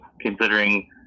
considering